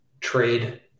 trade